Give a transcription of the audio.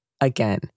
Again